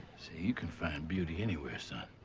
see, you can find beauty anywhere, son.